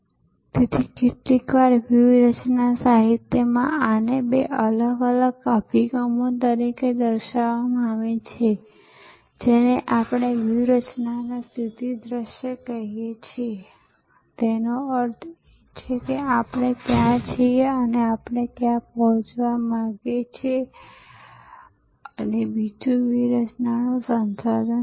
તેથી તે cyber network પર વિતરણ છે અને પરિણામે તેઓ ગ્રાહક સુવિધાના માર્ગે અન્ય મૂલ્યવર્ધિત સેવાઓ જેવી કે કર વગરની ખરીદી વગેરે માટે ઉપભોક્તા ઉપલબ્ધતાના માર્ગે મૂલ્યવર્ધનમાં વધારો કરવામાં સક્ષમ છે